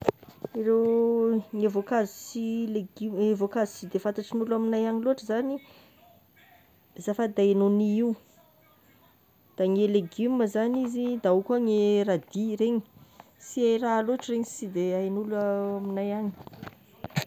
Ny voanakazo sy legioma, ny voankazo sy de fantatry ny olo amignay agny loatra zagny, zafady de nonie io, da gny e legioma zagny izy de ao koa ny radis regny, sy raha loatra regny de sy da haign'olo amignay agny.